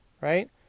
Right